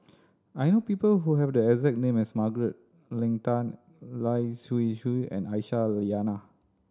I know people who have the exact name as Margaret Leng Tan Lai Siu Chiu and Aisyah Lyana